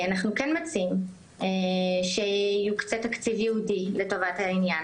אנחנו כן מציעים שיוקצה תקציב ייעודי לטובת העניין